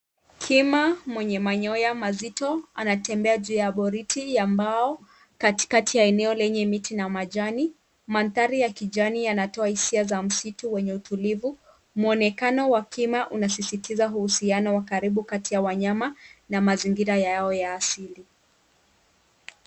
Kima mwenye manyoya mazito anatembea juu ya boriti ya mbao, katikati ya eneo lenye miti na majani. Mandhari ya kijani yanatoa hisia za msitu wenye utulivu. Muonekano wa kima unasisitiza uhusiano wa karibu kati ya wanyama na mazingira yao ya asili.